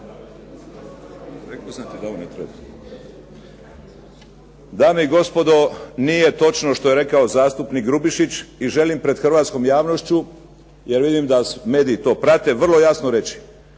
Dame i gospodo, nije točno što je rekao zastupnik Grubišić i želim pred hrvatskom javnošću jer vidim da mediji to prate vrlo jasno reći.